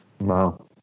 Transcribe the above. Wow